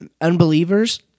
unbelievers